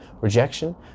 rejection